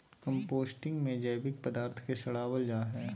composting में जैविक पदार्थ के सड़ाबल जा हइ